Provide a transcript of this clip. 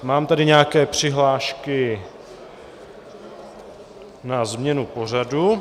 Mám tady nějaké přihlášky na změnu pořadu.